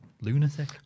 lunatic